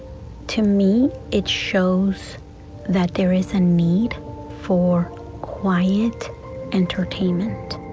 to me it shows that there is a need for quiet entertainment